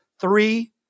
Three